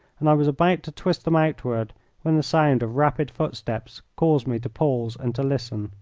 and i was about to twist them outward when the sound of rapid footsteps caused me to pause and to listen.